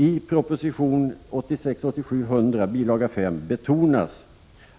I proposition 1986/87:100, bil. 5, betonas